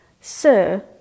Sir